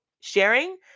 sharing